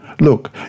Look